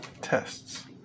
tests